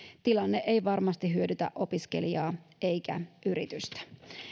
tilanne ei varmasti hyödytä opiskelijaa eikä yritystä